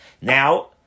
Now